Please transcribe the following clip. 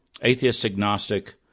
atheist-agnostic